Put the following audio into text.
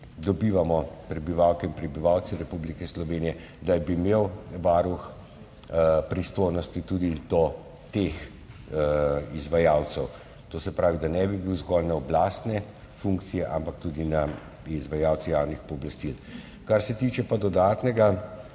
dobivamo prebivalke in prebivalci Republike Slovenije, imel Varuh pristojnosti tudi do teh izvajalcev. To se pravi, da ne bi bil zgolj na oblastne funkcije, ampak tudi na izvajalce javnih pooblastil. Kar se tiče dodatnega.